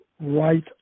right